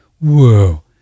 whoa